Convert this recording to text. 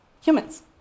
humans